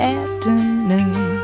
afternoon